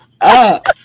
up